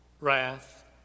wrath